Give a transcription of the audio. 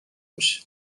بشه